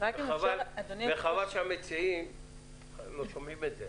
וחבל שהמציעים לא שומעים את זה.